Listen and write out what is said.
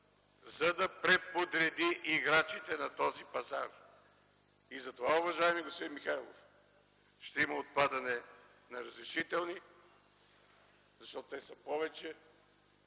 за да преподреди играчите на този пазар. Затова, уважаеми господин Михайлов, ще има отпадане на разрешителни, защото те са повече.